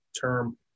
term